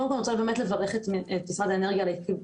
קודם כל אני רוצה באמת לברך את משרד האנרגיה על הקידום